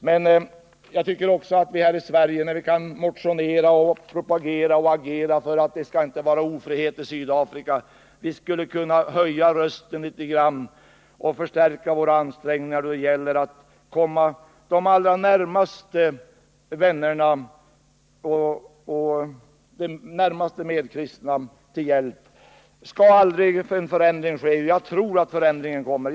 Men jag tycker att när vi här i Sverige kan motionera, propagera och agera för att det inte skall vara ofrihet i Sydafrika skulle vi kunna höja rösten litet och förstärka våra ansträngningar då det gäller att komma de allra närmaste vännerna och medkristna till hjälp. Skall aldrig en förändring ske? Jag tror att förändringen kommer.